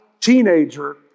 teenager